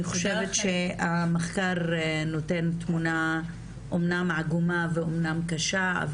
המחקר נותן אמנם תמונה עגומה וקשה.